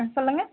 சொல்லுங்க